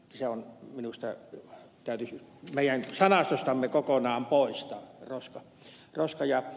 se minusta täytyisi meidän sanastostamme kokonaan poistaa sana roska